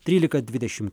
trylika dvidešim